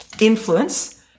influence